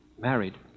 Married